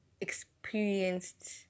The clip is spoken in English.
experienced